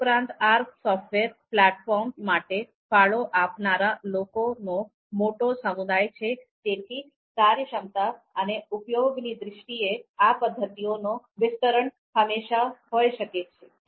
તદુપરાંત R software platform માટે ફાળો આપનારા લોકોનો મોટો સમુદાય છે જે થી કાર્યક્ષમતા અને ઉપયોગની દ્રષ્ટિએ આ પદ્ધતિનો વિસ્તરણ હંમેશા હોઇ શકે છે